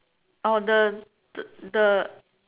oh the the